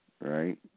right